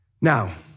Now